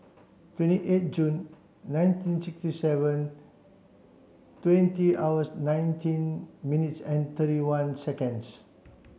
twenty eight Jun nineteen sixty seven twenty hours nineteen minutes and thirty one seconds